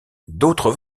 d’autre